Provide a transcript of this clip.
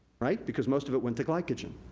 right? because most of it went to glycogen.